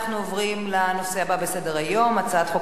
אנחנו עוברים לנושא הבא בסדר-היום: הצעת חוק